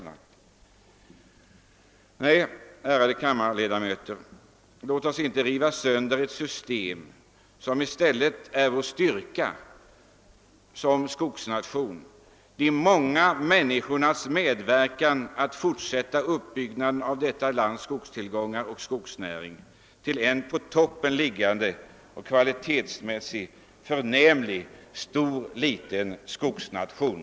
Nej, ärade kammarledamöter, låt oss inte riva sönder det som är vår styrka som skogsnation, nämligen de många människornas medverkan när det gäller att fortsätta uppbyggnaden av detta lands skogstillgångar och skogsnäring och göra Sverige till en på toppen liggande och kvalitetsmässigt förnämligt stor liten skogsnation!